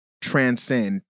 transcend